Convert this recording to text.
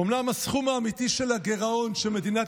אומנם הסכום האמיתי של הגירעון שמדינת